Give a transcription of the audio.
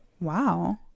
wow